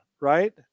right